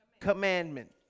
commandment